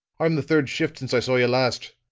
i'm the third shift since i saw you last.